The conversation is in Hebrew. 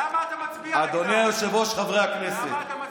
למה אתה מצביע נגדם?